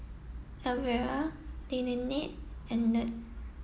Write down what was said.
Elvera Lynette and Ned